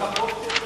גם החוק של